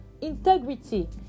Integrity